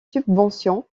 subvention